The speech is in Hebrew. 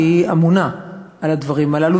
שהיא אמונה על הדברים האלה,